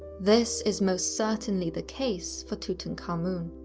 this is most certainly the case for tutankhamun.